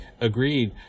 agreed